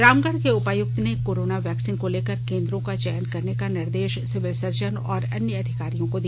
रामगढ़ के उपायुक्त ने कोरोना वैक्सीन को लेकर केंद्रों का चयन करने का निर्देश सिविल सर्जन और अन्य अधिकारियों को दिया